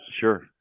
sure